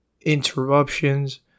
interruptions